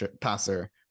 passer